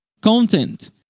content